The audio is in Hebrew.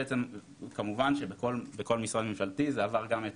וכמובן שבכל משרד ממשלתי זה עבר גם את